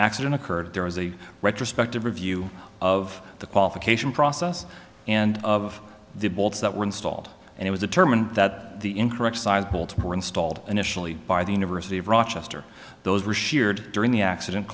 accident occurred there was a retrospective review of the qualification process and of the bolts that were installed and it was a terminal that the incorrect side bolts were installed initially by the university of rochester those were sheared during the accident